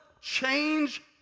change